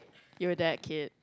you were that kid